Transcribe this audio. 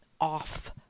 off